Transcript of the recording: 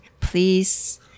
please